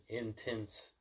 intense